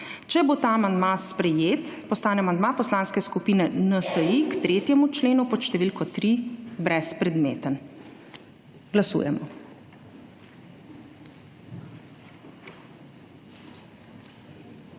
Če bo ta amandma sprejet postane amandma Poslanske skupine NSi k 3. členu pod številko 3 brezpredmeten. Glasujemo.